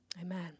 Amen